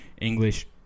English